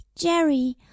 Jerry